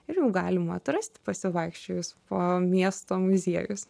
ir jų galima atrasti pasivaikščiojus po miesto muziejus